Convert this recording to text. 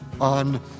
on